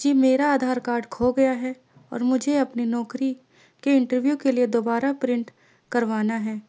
جی میرا آدھار کارڈ کھو گیا ہے اور مجھے اپنی نوکری کے انٹرویو کے لیے دوبارہ پرنٹ کروانا ہے